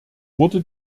wurde